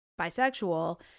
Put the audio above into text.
bisexual